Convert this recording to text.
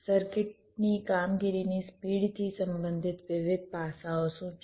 સર્કિટની કામગીરીની સ્પીડ થી સંબંધિત વિવિધ પાસાઓ શું છે